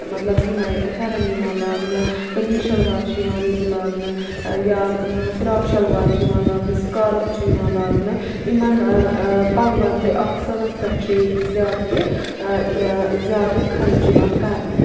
مطلب یِماے پھیرَن یِوان لاگنہٕ قمیٖز شلوار چھِ یِوان ییٚتہِ لاگنہٕ یا فِراک شلوار چھُ یِوان لاگنہٕ سِکارُف چھُ یِوان لاگنہٕ یِمَن پَلوَن تہِ اَتھ سۄنَس پٮ۪ٹھ چھُ ییتہِ زیاد تہِ زیادٕ خرچ یِوان کَرنہٕ